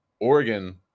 Oregon